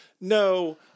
No